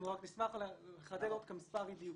אנחנו רק נשמח לחדד עוד מספר אי דיוקים.